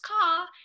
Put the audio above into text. car